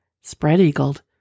spread-eagled